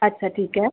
अच्छा ठीक ऐ